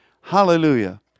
Hallelujah